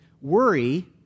Worry